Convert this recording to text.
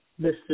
Mr